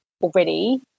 already